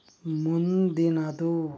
ಮುಂದಿನದು